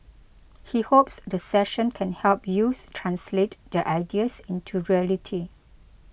he hopes the session can help youths translate their ideas into reality